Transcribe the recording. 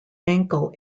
ankle